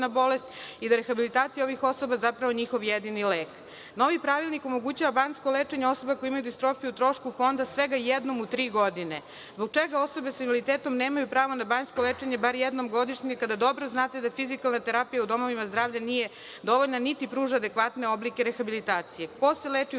bolest i da je rehabilitacija ovih osoba zapravo njihov jedini lek. Novi Pravilnik omogućava banjsko lečenje osoba koje imaju distrofiju o trošku fonda svega jednom u tri godine. Zbog čega osobe sa invaliditetom nemaju pravo na banjsko lečenje bar jednom godišnje, kada dobro znate da fizikalna terapija u domovima zdravlja nije dovoljna, niti pruža adekvatne oblike rehabilitacije? Ko se leči u